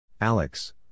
Alex